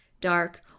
dark